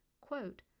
quote